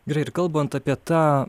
gerai ir kalbant apie tą